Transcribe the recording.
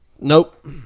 Nope